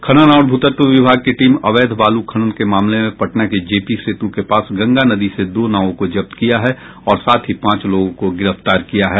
खनन और भू तत्व विभाग की टीम अवैध बालू खनन के मामले में पटना के जेपी सेतु के पास गंगा नदी से दो नावों को जब्त किया है और साथ ही पांच लोगों को गिरफ्तार किया है